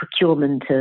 procurement